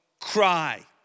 cry